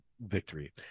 victory